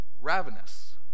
ravenous